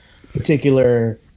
particular